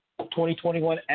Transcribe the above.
2021